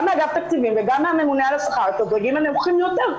גם מאגף תקציבים וגם מהממונה על השכר את הדרגים הנמוכים ביותר,